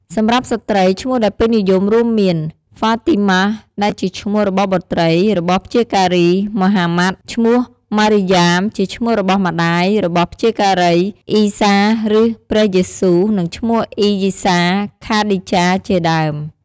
សម្រាប់ស្ត្រី ឈ្មោះដែលពេញនិយមរួមមាន ហ្វាទីម៉ះដែលជាឈ្មោះរបស់បុត្រីរបស់ព្យាការីម៉ូហាម៉ាត់ ឈ្មោះម៉ារីយ៉ាមជាឈ្មោះរបស់ម្តាយរបស់ព្យាការីអ៊ីសាឬព្រះយេស៊ូ និងឈ្មោះ អាយីសា ,ខាឌីចា ជាដើម។